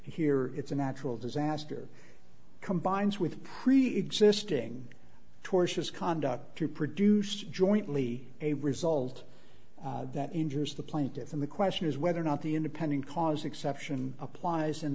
here it's a natural disaster combines with preexisting tortious conduct to produce jointly a result that injures the plaintiffs and the question is whether or not the independent cause exception applies in